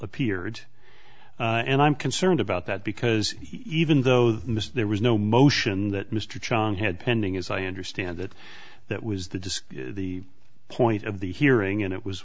appeared and i'm concerned about that because even though the mr there was no motion that mr chang had pending as i understand that that was the disc the point of the hearing and it was